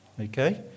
okay